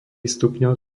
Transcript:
stupňov